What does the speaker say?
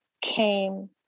came